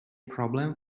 problem